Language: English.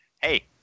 Hey